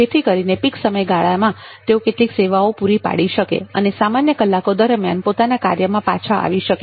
જેથી કરીને પીક સમયગાળામાં તેઓ કેટલીક સેવાઓ પૂરી પાડી શકે અને સામાન્ય કલાકો દરમ્યાન પોતાના કાર્યમાં પાછા આવી શકે